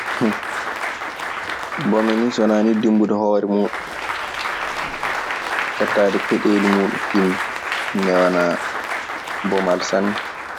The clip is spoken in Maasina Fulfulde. Bomi nii so wanaa ni dinbude hoore muuɗun, fettaade peɗeeli muuɗun, timmi. Ɗun ne wanaa bomal sanne.